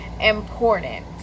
important